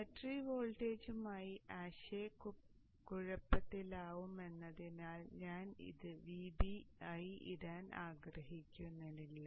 battery വോൾട്ടേജുമായി ആശയക്കുഴപ്പത്തിലാവുമെന്നതിനാൽ ഞാൻ ഇത് Vb ആയി ഇടാൻ ആഗ്രഹിക്കുന്നില്ല